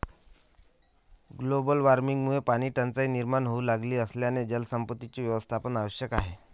global वॉर्मिंगमुळे पाणीटंचाई निर्माण होऊ लागली असल्याने जलसंपत्तीचे व्यवस्थापन आवश्यक आहे